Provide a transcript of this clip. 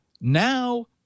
now